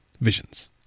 visions